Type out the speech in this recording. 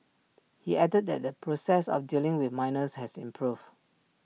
he added that the process of dealing with minors has improved